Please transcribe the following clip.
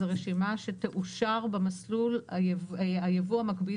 זאת רשימה שתאושר במסלול היבוא המקביל